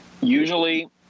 Usually